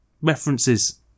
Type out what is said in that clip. references